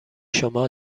شما